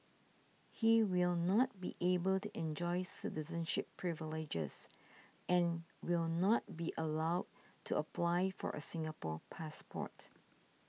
he will not be able to enjoy citizenship privileges and will not be allowed to apply for a Singapore passport